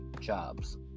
jobs